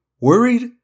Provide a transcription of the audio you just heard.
worried